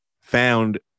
found